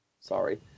Sorry